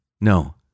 No